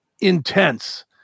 intense